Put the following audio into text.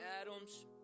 Adams